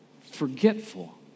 Forgetful